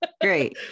great